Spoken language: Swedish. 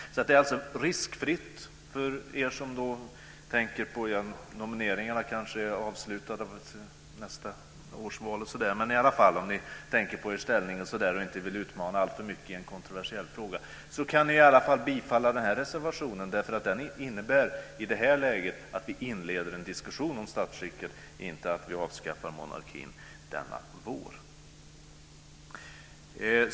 Det är alltså riskfritt för er som tänker på - nomineringarna inför nästa val kanske redan är avslutade - er ställning och inte vill utmana alltför mycket i en kontroversiell fråga. Ni kan i alla fall biträda den här reservationen därför att den i det här läget innebär att vi inleder en diskussion om statsskick, inte att vi avskaffar monarkin denna vår.